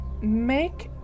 make